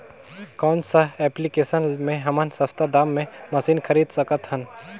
कौन सा एप्लिकेशन मे हमन सस्ता दाम मे मशीन खरीद सकत हन?